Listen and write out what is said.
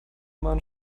man